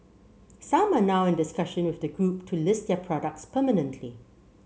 some are now in discussion with the Group to list their products permanently